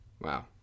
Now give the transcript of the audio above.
Wow